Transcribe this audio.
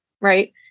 Right